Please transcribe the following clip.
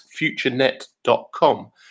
futurenet.com